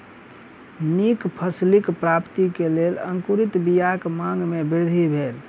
नीक फसिलक प्राप्ति के लेल अंकुरित बीयाक मांग में वृद्धि भेल